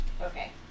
Okay